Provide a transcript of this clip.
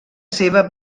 seva